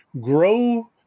grow